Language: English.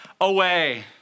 away